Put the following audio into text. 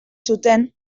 zuten